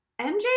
MJ